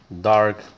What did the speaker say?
dark